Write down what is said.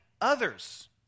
others